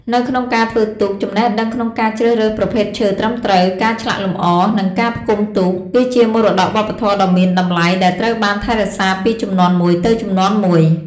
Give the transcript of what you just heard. នៅក្នុងការធ្វើទូក ចំណេះដឹងក្នុងការជ្រើសរើសប្រភេទឈើត្រឹមត្រូវ ការឆ្លាក់លម្អ និងការផ្គុំទូក គឺជាមរតកវប្បធម៌ដ៏មានតម្លៃដែលត្រូវបានថែរក្សាពីជំនាន់មួយទៅជំនាន់មួយ។